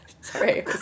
sorry